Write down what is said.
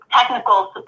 technical